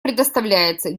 предоставляется